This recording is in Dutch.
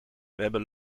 hebben